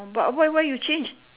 but why why you change